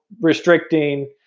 restricting